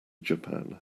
japan